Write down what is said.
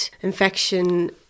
infection